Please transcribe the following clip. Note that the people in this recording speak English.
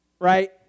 right